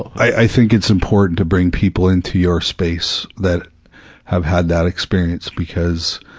i think it's important to bring people into your space that have had that experience because,